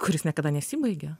kuris niekada nesibaigia